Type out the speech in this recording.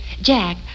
Jack